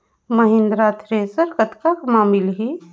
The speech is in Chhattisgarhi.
महिंद्रा थ्रेसर कतका म मिलही?